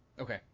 Okay